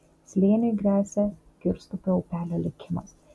slėniui gresia girstupio upelio likimas